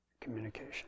communication